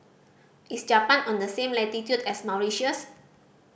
is Japan on the same latitude as Mauritius